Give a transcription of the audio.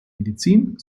medizin